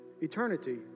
eternity